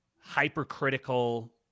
hypercritical